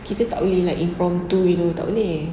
kita tak boleh like impromptu tak boleh